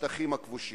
בשטחים הכבושים.